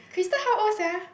Crystal how old sia